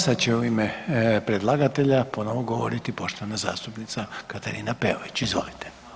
Sad će u ime predlagatelja ponovno govoriti poštovana zastupnica Katarina Peović, izvolite.